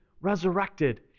resurrected